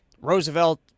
roosevelt